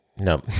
no